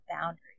boundaries